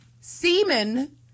Semen